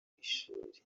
ishuri